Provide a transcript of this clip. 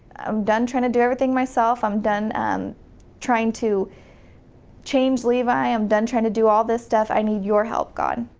i'm done trying to do everything by myself. i'm done trying to change levi. i'm done trying to do all this stuff. i need your help, god.